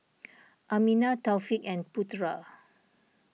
Aminah Taufik and Putera